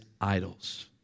idols